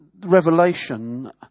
Revelation